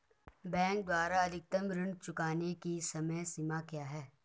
Bank द्वारा अधिकतम ऋण चुकाने की समय सीमा क्या है?